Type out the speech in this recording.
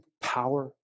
power